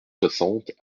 soixante